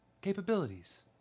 capabilities